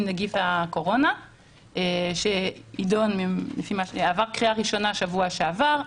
נגיף הקורונה שעבר בקריאה ראשונה בשבוע שעבר,